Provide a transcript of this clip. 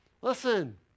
Listen